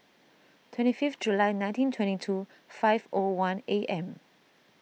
twenty fifth July nineteen twenty two five O one A M